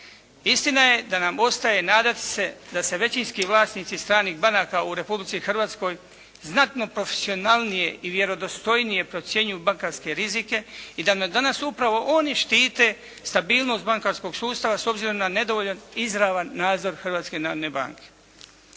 Istina je da nam ostaje nadati se da se većinski vlasnici stranih banaka u Republici Hrvatskoj znatno profesionalnije i vjerodostojnije procjenjuju bankarske rizike i danas upravo oni štite stabilnost bankarskog sustava s obzirom na nedovoljan izravan nadzor Hrvatske narodne banke.